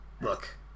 Look